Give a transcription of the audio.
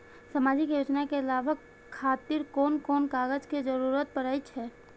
सामाजिक योजना के लाभक खातिर कोन कोन कागज के जरुरत परै छै?